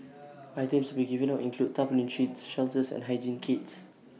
items to be given out include tarpaulin sheets shelters and hygiene kits